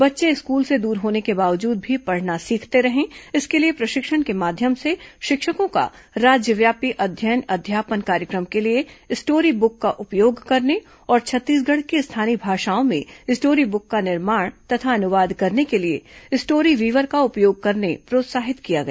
बच्चे स्कूल से दूर होने के बावजूद भी पढ़ना सीखते रहें इसके लिए प्रशिक्षण के माध्यम से शिक्षकों का राज्यव्यापी अध्ययन अध्ययापन कार्यक्रम के लिए स्टोरीबुक का उपयोग करने और छत्तीसगढ़ की स्थानीय भाषाओं में स्टोरीबुक का निर्माण तथा अनुवाद करने के लिए स्टोरीवीवर का उपयोग करने प्रोत्साहित किया गया